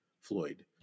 Floyd